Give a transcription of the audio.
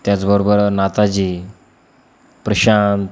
त्याचबरोबर नाताजी प्रशांत